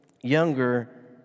younger